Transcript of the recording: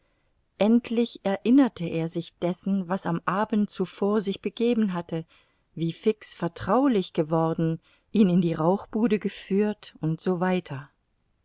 endlich erinnerte er sich dessen was am abend zuvor sich begeben hatte wie fix vertraulich geworden ihn in die rauchbude geführt u s w